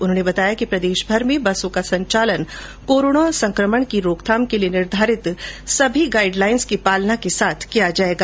उन्होंने बताया कि प्रदेशभर में बसों का संचालन कोरोना संक्रमण की रोकथाम के लिए निर्धारित सभी गाइडलाइन की पालना के साथ किया जाएगा